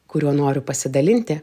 kuriuo noriu pasidalinti